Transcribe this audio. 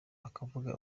bakavuga